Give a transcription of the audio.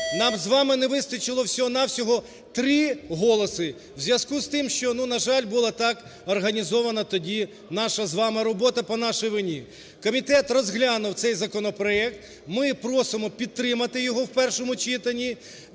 нам з вами не вистачило всього-на-всього 3 голоси в зв'язку з тим, що, ну, на жаль, було так організовано тоді наша з вами робота по нашій вині. Комітет розглянув цей законопроект. Ми просимо підтримати його в першому читанні.